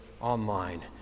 online